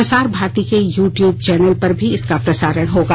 प्रसार भारती के YouTube channel पर भी इसका प्रसारण होगा